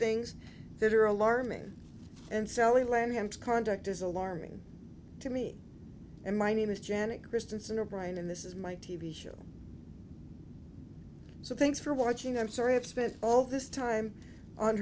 things that are alarming and so we lend him to conduct is alarming to me and my name is janet christensen her brain and this is my t v show so thanks for watching i'm sorry i've spent all this time on